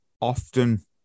often